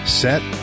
set